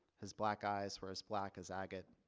his black eyes were as black as agate.